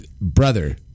Brother